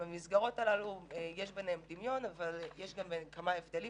יש בין המסגרות האלו דמיון וגם כמה הבדלים,